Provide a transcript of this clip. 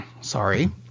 sorry